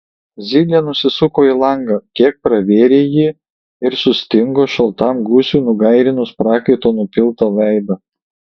zylė nusisuko į langą kiek pravėrė jį ir sustingo šaltam gūsiui nugairinus prakaito nupiltą veidą